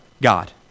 God